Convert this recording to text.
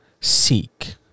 seek